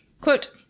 quote